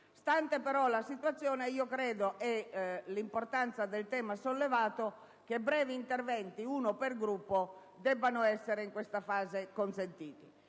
Stanti però l'attuale situazione e l'importanza del tema sollevato, credo che brevi interventi, uno per Gruppo, debbano essere in questa fase consentiti.